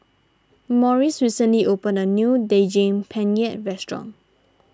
Morris recently opened a new Daging Penyet restaurant